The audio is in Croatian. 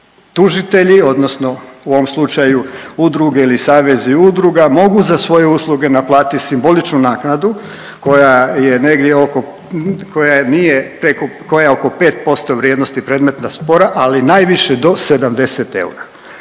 tužitelji odnosno u ovom slučaju udruge ili savezi udruga mogu za svoje usluge naplatiti simboličnu naknadu koja je negdje, koja je oko 5% vrijednosti predmeta spora, ali najviše do 70 eura.